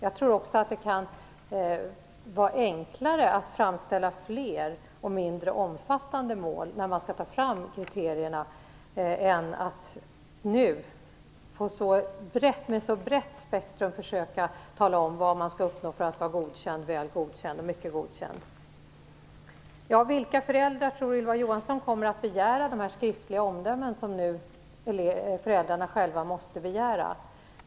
Jag tror också att det kan vara enklare att fastställa fler och mindre omfattande mål när man skall ta fram kriterierna än att nu med ett sådant brett spektrum försöka att tala om vad man skall uppnå för vara godkänd, väl godkänd och mycket väl godkänd. Vilka föräldrar tror Ylva Johansson kommer att begära de skriftliga omdömen som nu föräldrarna själva måste begära?